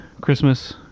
Christmas